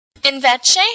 Invece